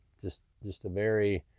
just just a very